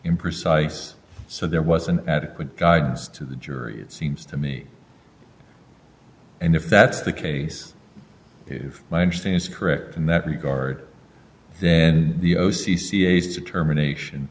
imprecise so there was an adequate guidance to the jury it seems to me and if that's the case if my understand is correct in that regard then the o c ca's determination